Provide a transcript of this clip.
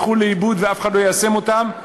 והן ילכו לאיבוד ואף אחד לא יישם אותן.